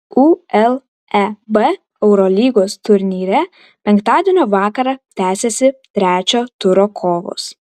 uleb eurolygos turnyre penktadienio vakarą tęsiasi trečio turo kovos